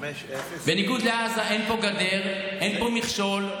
בניגוד לעזה, אין פה גדר, אין פה מכשול.